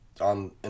on